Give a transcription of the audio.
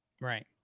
Right